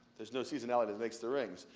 there's no seasonality that makes the rings,